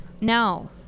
No